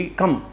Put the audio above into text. come